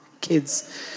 kids